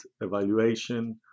evaluation